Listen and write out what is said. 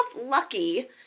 lucky